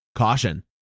Caution